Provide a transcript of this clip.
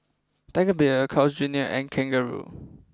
Tiger Beer Carl's Junior and Kangaroo